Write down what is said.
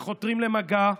שחותרים למגע,